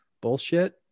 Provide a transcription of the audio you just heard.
bullshit